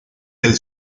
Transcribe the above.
del